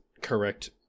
correct